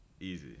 Easy